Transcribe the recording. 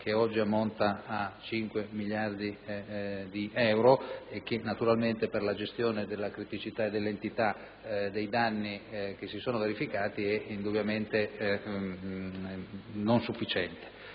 che oggi ammonta a 5 miliardi di euro e che, per la gestione della criticità e dell'entità dei danni che si sono verificati, è indubbiamente non sufficiente.